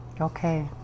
Okay